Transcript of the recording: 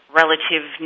relative